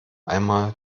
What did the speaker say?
einmal